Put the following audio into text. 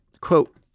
quote